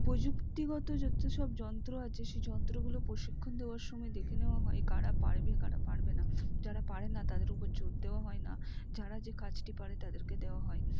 প্রযুক্তিগত যত সব যন্ত্র আছে সেই যন্ত্রগুলো প্রশিক্ষণ দেওয়ার সময় দেখে নেওয়া হয় কারা পারবে কারা পারবে না যারা পরে না তাদের উপর জোর দেওয়া হয় না যারা যে কাজটি পারে তাদেরকে দেওয়া হয়